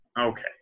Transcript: okay